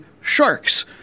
Sharks